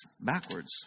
backwards